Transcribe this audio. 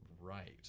right